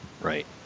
Right